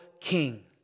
king